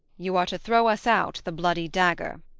you are to throw us out the bloody dagger.